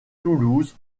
toulouse